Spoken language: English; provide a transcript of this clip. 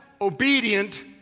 obedient